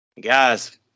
Guys